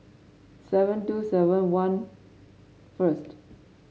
seven two seven one first